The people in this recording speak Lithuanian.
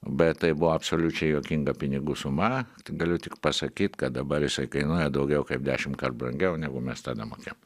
bet tai buvo absoliučiai juokinga pinigų suma galiu tik pasakyt kad dabar jisai kainuoja daugiau kaip dešimtkart brangiau negu mes tada mokėjom